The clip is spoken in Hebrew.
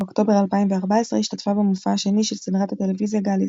באוקטובר 2014 השתתפה במופע השני של סדרת הטלוויזיה גאליס.